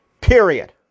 Period